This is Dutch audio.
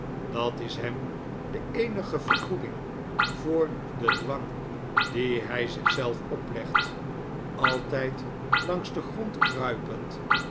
dat is hem de eenige vergoeding voor den dwang dien hij zich zelf oplegt altijd langs den grond kruipend